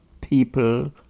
people